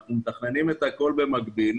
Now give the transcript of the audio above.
אנחנו מתכננים את הכול במקביל.